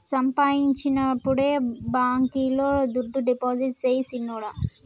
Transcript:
సంపాయించినప్పుడే బాంకీలో దుడ్డు డిపాజిట్టు సెయ్ సిన్నోడా